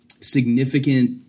Significant